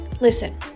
listen